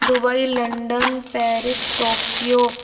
Dubai London Paris Tokyo